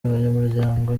abanyamuryango